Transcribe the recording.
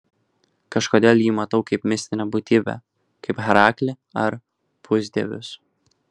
kažkodėl jį matau kaip mistinę būtybę kaip heraklį ar pusdievius